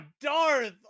Darth